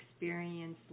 experience